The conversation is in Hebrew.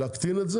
להקטין את זה,